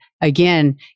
again